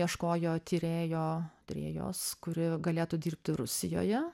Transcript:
ieškojo tyrėjo tyrėjos kuri galėtų dirbti rusijoje